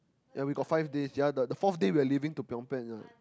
ya we got five days ya the the fourth day we are leaving to Phnom-Phen